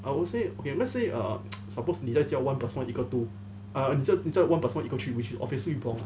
I would say okay let's err supposed 你在教 one plus one equal two err 你教你教 one plus one equal three which is obviously wrong